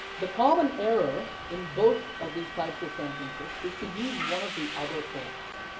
the common error in both of these types of sentences is to use one of the other forms,